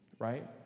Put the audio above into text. right